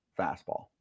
fastball